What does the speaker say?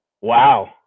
Wow